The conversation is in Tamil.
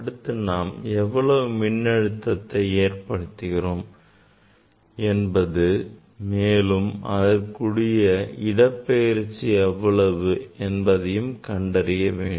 அடுத்து நாம் எவ்வளவு மின்னழுத்தத்தை ஏற்படுத்துகிறோம் என்பது மேலும் அதற்குரிய இடப்பெயர்ச்சி எவ்வளவு என்பதையும் கண்டறிய வேண்டும்